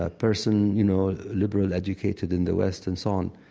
ah person, you know, liberal, educated in the west, and so on.